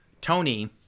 Tony